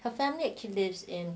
her family she actually lives in